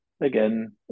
again